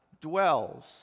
dwells